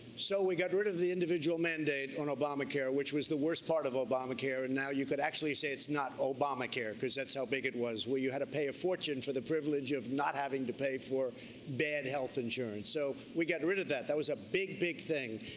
so we got rid of the individual mandate on obamacare which was the worst part of obamacare and now you could actually say it's not obamacare because that's how big it was, where you had to pay a fortune for the privilege of not having to pay for bad health insurance. so we got rid of that. that was a big, big thing.